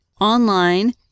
online